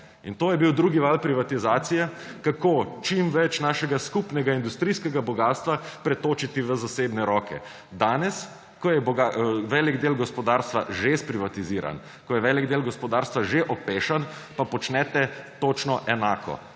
in to je bil drugi val privatizacije, kako čim več našega skupnega industrijskega bogastva pretočiti v zasebne roke. Danes, ko je velik del gospodarstva že sprivatiziran, ko je velik del gospodarstva že opešan; pa počnete točno enako,